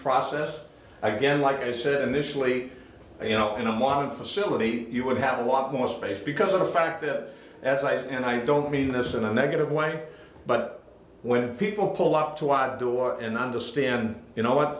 process again like i said initially you know in a modern facility you would have a lot more space because of the fact that as i said and i don't mean this in a negative way but when people pull up to outdoor and understand you know what